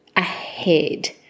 Ahead